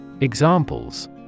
Examples